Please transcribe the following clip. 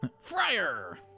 Friar